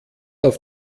auf